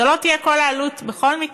זו לא תהיה כל העלות בכל מקרה,